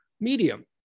medium